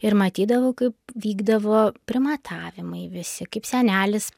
ir matydavau kaip vykdavo primatavimai visi kaip senelis